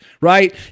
right